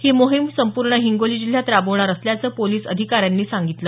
ही मोहीम संपूर्ण हिंगोली जिल्ह्यात राबवणार असल्याचं पोलिस अधिकाऱ्यांनी सांगितलं